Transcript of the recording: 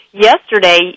Yesterday